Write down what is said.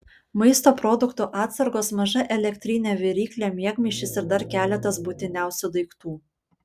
maisto produktų atsargos maža elektrinė viryklė miegmaišis ir dar keletas būtiniausių daiktų